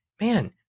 man